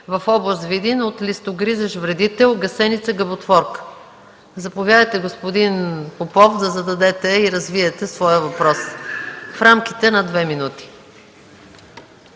в област Видин от листогризест вредител гъсеница гъботворка. Заповядайте, господин Попов да зададете и развиете своя въпрос в рамките на две минути.